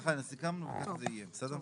ככה סיכמנו וככה זה יהיה, בסדר?